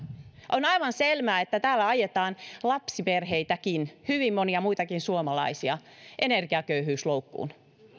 on aivan selvää että täällä ajetaan lapsiperheitäkin ja samalla hyvin monia muitakin suomalaisia energiaköyhyysloukkuun